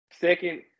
Second